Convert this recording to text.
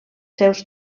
seus